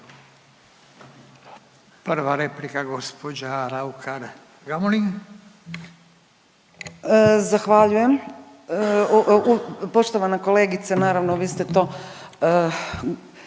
Prva replika gospođa Raukar-Gamulin.